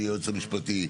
אדוני היועץ המשפטי,